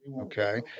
Okay